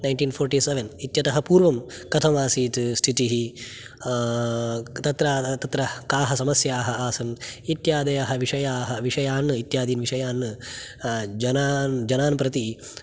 nineteen forty seven इत्यतः पूर्वं कथमासीत् स्थितिः तत्र तत्र काः समस्याः आसन् इत्यादयः विषयाः विषयान् इत्यादिविषयान् जनान् जनान् प्रति